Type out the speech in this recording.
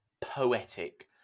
poetic